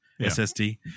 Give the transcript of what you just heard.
SSD